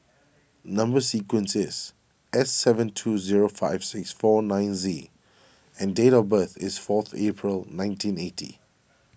Number Sequence is S seven two zero five six four nine Z and date of birth is fourth April nineteen eighty